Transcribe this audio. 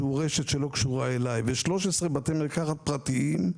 שזו רשת שלא קשורה אלי ויש 13 בתי מרקחת פרטיים.